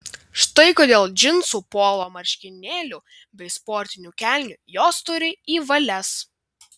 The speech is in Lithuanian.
štai kodėl džinsų polo marškinėlių bei sportinių kelnių jos turi į valias